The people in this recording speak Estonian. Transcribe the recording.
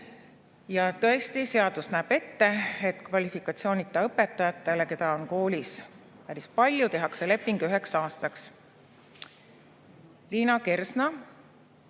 Ja tõesti, seadus näeb ette, et kvalifikatsioonita õpetajatele, keda on koolis päris palju, tehakse leping üheks aastaks. Liina Kersna